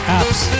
apps